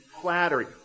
flattery